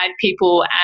people